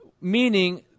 meaning